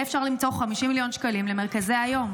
אפשר למצוא 50 מיליון שקלים למרכזי היום?